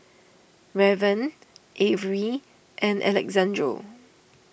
Raven Avery and Alexandro